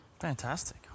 Fantastic